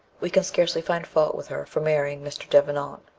we can scarcely find fault with her for marrying mr. devenant.